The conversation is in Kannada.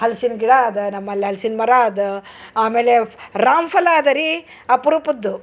ಹಲ್ಸಿನ ಗಿಡ ಅದ ನಮ್ಮಲ್ಲಿ ಹಲ್ಸಿನ ಮರ ಅದ ಆಮೇಲೆ ರಾಮಫಲ ಅದರಿ ಅಪರೂಪದ್ದು